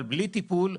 אבל בלי טיפול.